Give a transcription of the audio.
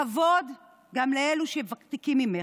כבוד גם לאלו שוותיקים ממך,